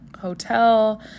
hotel